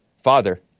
father